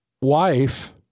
wife